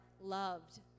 loved